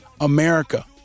America